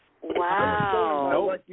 Wow